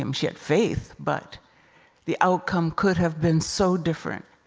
um she had faith, but the outcome could have been so different.